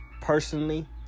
personally